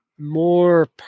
more